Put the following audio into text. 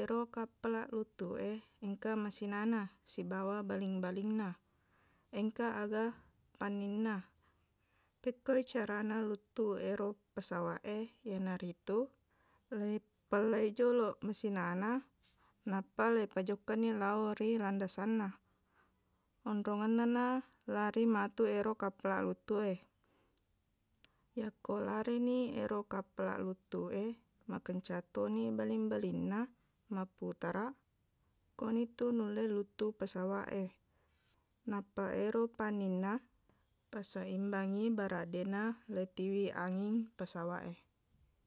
ero kappalaq luttuq e, engka masinana sibawa baling-balingna. Engka aga panninna. Pekkoi carana luttuq ero pesawat e. Iyanaritu, leipellai joloq masinana, nappa laipajokkani lao ri landasanna, onrongennana lari matuq ero kappalaq luttuq e. yakko larini ero kappalaq luttuq e, makencattoni baling-balingna mapputaraq. Konitu nulle luttuq pesawat e. Nappa, ero panninna paseimbangngi baraq deqna letiwiq anging pesawat e.